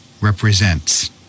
represents